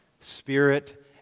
Spirit